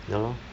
ya lor